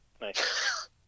Nice